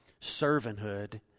servanthood